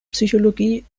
psychologie